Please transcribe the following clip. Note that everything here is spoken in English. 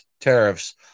tariffs